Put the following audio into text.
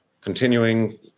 continuing